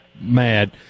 mad